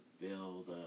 build